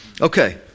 Okay